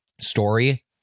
story